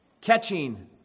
catching